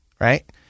right